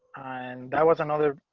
and that was another